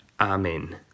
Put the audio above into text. Amen